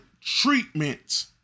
Treatment